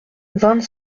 vingt